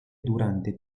durante